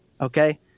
Okay